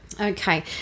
Okay